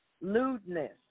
lewdness